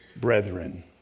brethren